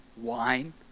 wine